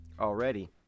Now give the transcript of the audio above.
already